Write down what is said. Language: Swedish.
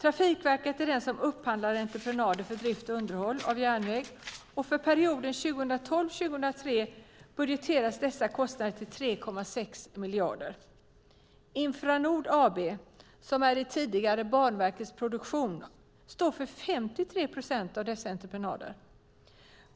Trafikverket är den som upphandlar entreprenader för drift och underhåll av järnväg, och för perioden 2012-2013 budgeteras dessa kostnader till 3,6 miljarder. Infranord AB, som är det tidigare Banverket Produktion, står för 53 procent av dessa entreprenader.